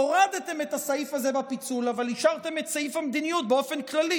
הורדתם את הסעיף הזה בפיצול אבל השארתם את סעיף המדיניות באופן כללי.